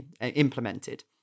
implemented